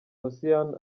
posiyani